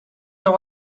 all